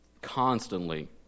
constantly